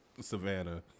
Savannah